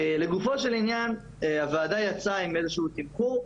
לגופו של עניין: הוועדה יצאה עם איזשהו תמחור,